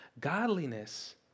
Godliness